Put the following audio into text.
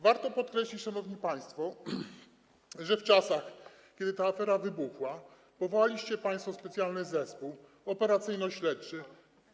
Warto podkreślić, szanowni państwo, że w czasach, kiedy ta afera wybuchła, powołaliście państwo specjalny zespół operacyjno-śledczy.